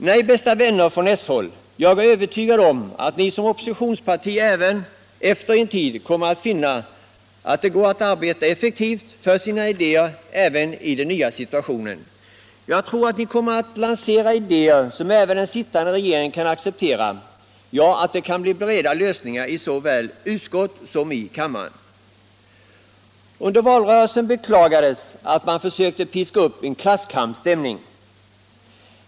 Nej, bästa vänner från s-håll, jag är övertygad om att ni som oppositionsparti efter en tid kommer att finna att det går att arbeta effektivt för sina idéer även i den nya situationen. Jag tror att ni kan lansera idéer som även den sittande regeringen kan acceptera — ja, att det kan bli breda lösningar såväl i utskotten som här i kammaren. Under valrörelsen beklagades att man försökte piska upp en klasskampsstämning.